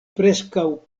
preskaŭ